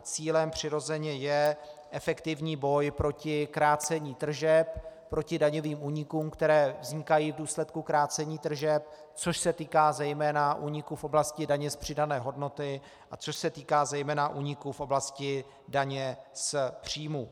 Cílem přirozeně je efektivní boj proti krácení tržeb, proti daňovým únikům, které vznikají v důsledku krácení tržeb, což se týká zejména úniku v oblasti daně z přidané hodnoty a což se týká zejména úniku v oblasti daně z příjmu.